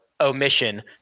Omission